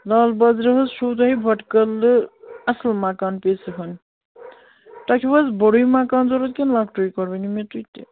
لال بازرٕ حظ چھُو تۄہہِ بۄٹہٕ کدلہٕ اَصٕل مَکان پیٖسہٕ ہَن تۄہہِ چھُو حظ بوٚڑُے مکان ضوٚرَتھ کِنہٕ لۄکٹُے گۄڈٕ ؤنِو مےٚ تُہۍ تہِ